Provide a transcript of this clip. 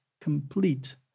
complete